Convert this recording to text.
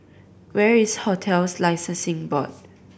where is Hotels Licensing Board